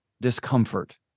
discomfort